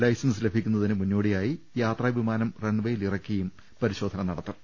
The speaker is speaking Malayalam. ലൈസൻസ് ലഭിക്കുന്നതിന് മുന്നോടിയായി യാത്രാ വിമാനം റൺവേയിലിറക്കിയും പരിശോധന നടത്തും